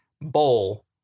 bowl